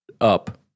up